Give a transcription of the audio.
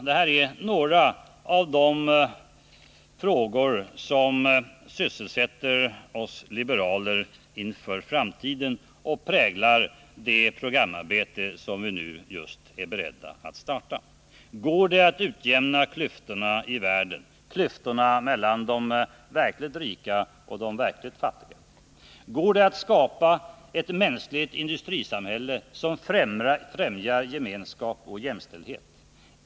Det här är några av de frågor som sysselsätter oss liberaler inför framtiden och präglar det programarbete som vi just nu är beredda att starta. Går det att utjämna klyftorna i världen — klyftorna mellan de verkligt rika och de verkligt fattiga? Går det att skapa ett mänskligt industrisamhälle som främjar gemenskap och jämställdhet?